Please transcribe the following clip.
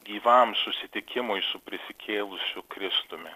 gyvam susitikimui su prisikėlusiu kristumi